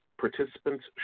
Participants